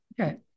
okay